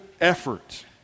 effort